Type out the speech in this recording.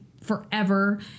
forever